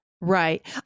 Right